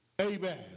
Amen